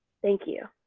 thank you.